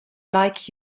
like